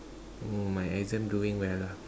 oh my exam doing well ah